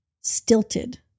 stilted